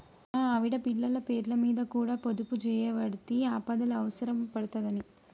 మా ఆవిడ, పిల్లల పేర్లమీద కూడ పొదుపుజేయవడ్తి, ఆపదల అవుసరం పడ్తదని